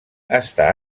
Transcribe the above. està